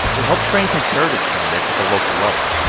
they help train conservative candidates at the local level.